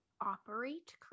operate